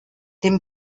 dem